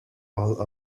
all